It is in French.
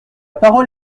parole